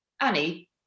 Annie